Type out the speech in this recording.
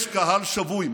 יש קהל שבוי.